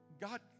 God